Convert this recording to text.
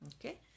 okay